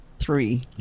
three